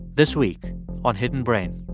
this week on hidden brain